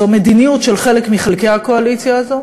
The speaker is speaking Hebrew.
זו מדיניות של חלק מחלקי מהקואליציה הזאת,